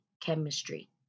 chemistry